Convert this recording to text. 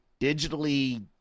digitally